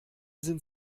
sind